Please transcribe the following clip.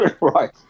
Right